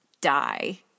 die